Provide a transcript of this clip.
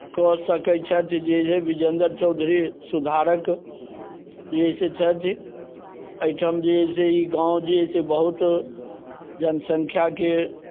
कऽ सकैत छथि जे विजेन्द्र चौधरी सुधारक जे जे अइ से छथि एहिठाम जे अइ से ई गाम जे अइ से जनसंख्याके